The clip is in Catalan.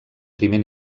primer